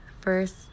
first